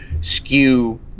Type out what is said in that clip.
skew